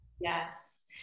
Yes